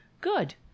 good